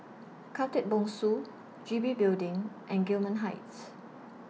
Khatib Bongsu G B Building and Gillman Heights